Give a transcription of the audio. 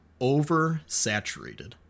oversaturated